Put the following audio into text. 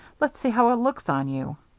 let's see how it looks on you.